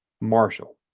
Marshall